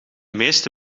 meeste